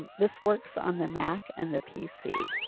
ah this works on the mac, and the pc